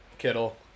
Kittle